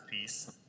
Peace